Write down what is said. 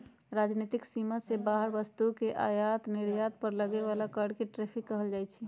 राजनीतिक सीमा से बाहर वस्तु के आयात निर्यात पर लगे बला कर के टैरिफ कहल जाइ छइ